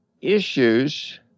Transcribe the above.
issues